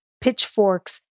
pitchforks